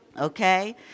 okay